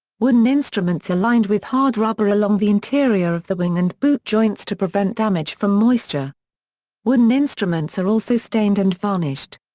wooden instruments are lined with hard rubber along the interior of the wing and boot joints to prevent damage from moisture wooden instruments are also stained and varnished.